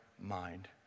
mind